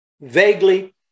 vaguely